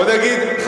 בוא נגיד,